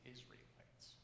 Israelites